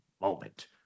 moment